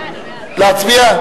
להצביע?